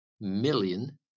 million